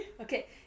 Okay